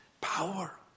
power